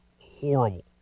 horrible